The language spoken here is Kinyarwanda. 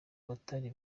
batari